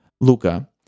Luca